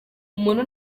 umuntu